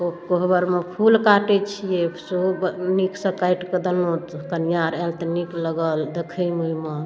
को कोहबरमे फूल काटै छिए सेहो नीकसँ काटिकऽ देलहुँ कनिआ आओर आएल तऽ नीक लागल देखैमे ओहिमे